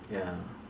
ya